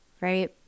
right